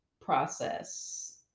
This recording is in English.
process